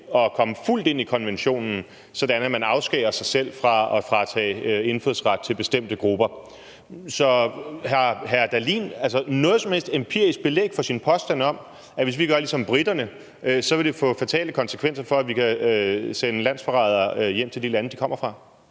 at komme fuldt ind i konventionen, sådan at man afskærer sig selv fra at tage indfødsretten fra bestemte grupper. Så har hr. Morten Dahlin noget som helst empirisk belæg for sin påstand om, at hvis vi gør ligesom briterne, vil det få fatale konsekvenser i forhold til at kunne sende landsforrædere hjem til de lande, de kommer fra?